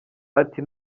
ati